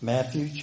Matthew